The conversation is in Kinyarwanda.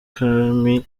kami